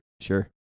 Sure